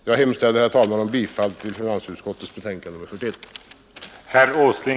Jag yrkar bifall till utskottets hemställan.